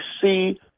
see